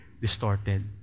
distorted